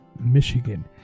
Michigan